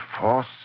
force